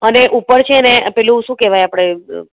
અને ઉપર છે ને પેલું શું કહેવાય આપણે